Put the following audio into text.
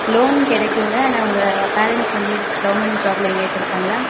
loan கிடைக்குங்க ஆனால் உங்கள் பேரெண்ட்ஸ் வந்து கவர்மெண்ட் ஜாப்பில் எங்கேயாச்சும் இருக்காங்களா